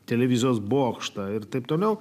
televizijos bokštą ir taip toliau